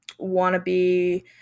wannabe